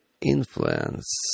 influence